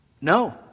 No